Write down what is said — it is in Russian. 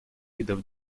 видов